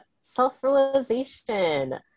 self-realization